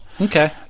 Okay